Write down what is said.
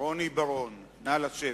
רוני בר-און, נא לשבת.